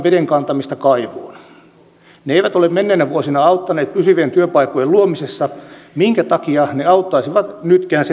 hyvänä esimerkkinä muun muassa paikallisen sopimisen kehittäminen jonka osalta tavoitteenamme on tuoda hallituksen esitys eduskuntaan ensi keväänä